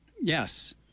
Yes